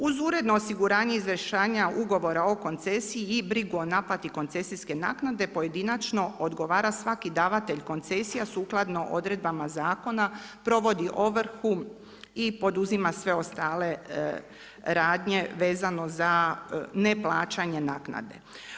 Uz uredno osiguranje … ugovara o koncesiji i brigu o naplati koncesijske naplate, pojedinačno odgovara svaki davatelj koncesija, sukladno odredbama zakona, provodi ovrhu i poduzima sve ostale radnje vezano za neplaćanje naknade.